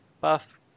buff